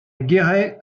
guéret